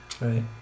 right